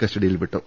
കസ്റ്റഡിയിൽ വിട്ടു